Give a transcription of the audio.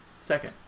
Second